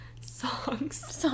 songs